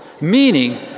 meaning